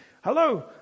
hello